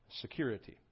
security